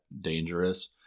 dangerous